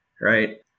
right